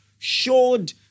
showed